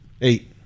eight